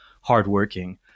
hardworking